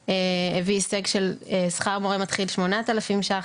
הביא הישג של שכר מורה מתחיל שמונת אלפים ₪.